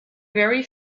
very